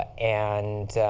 ah and